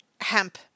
hemp